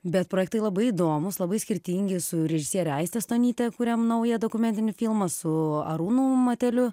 bet projektai labai įdomūs labai skirtingi su režisiere aiste stonyte kuriam naują dokumentinį filmą su arūnu mateliu